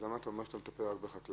למה אתה אומר שאתה מטפל רק בחקלאים?